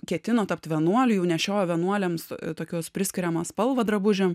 ketino tapti vienuoliu jau nešiojo vienuoliams tokius priskiriamą spalvą drabužiam